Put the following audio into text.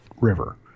River